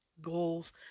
goals